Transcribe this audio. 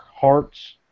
hearts